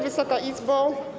Wysoka Izbo!